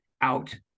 out